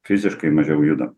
fiziškai mažiau judam